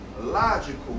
logical